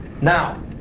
Now